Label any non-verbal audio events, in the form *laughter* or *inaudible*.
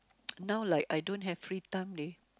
*noise* now like I don't have free time leh